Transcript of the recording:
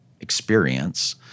experience